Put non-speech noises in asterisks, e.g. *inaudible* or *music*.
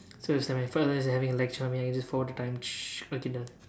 so it's like my father is having a lecture on me I can just forward the time *noise* okay done